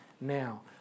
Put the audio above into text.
now